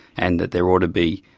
and that there ought to be